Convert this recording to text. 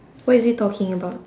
what is it talking about